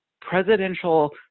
presidential